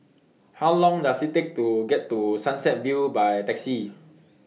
How Long Does IT Take to get to Sunset View By Taxi